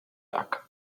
rug